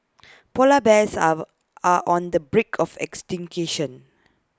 Polar Bears are are on the brink of extinction